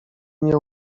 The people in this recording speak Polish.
nie